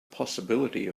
possibility